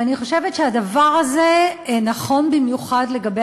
ואני חושבת שהדבר הזה נכון במיוחד לגבי